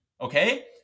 okay